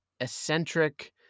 eccentric